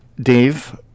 Dave